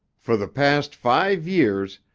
for the past five years,